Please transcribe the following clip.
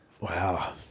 Wow